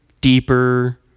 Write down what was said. deeper